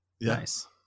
Nice